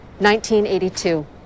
1982